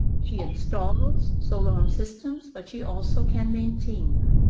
she installs solar home systems but she also can maintain them.